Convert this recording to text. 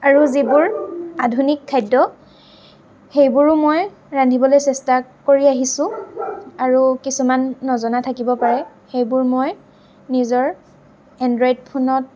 আৰু যিবোৰ আধুনিক খাদ্য সেইবোৰো মই ৰান্ধিবলৈ চেষ্টা কৰি আহিছোঁ আৰু কিছুমান নজনা থাকিব পাৰে সেইবোৰ মই নিজৰ এনড্ৰইড ফোনত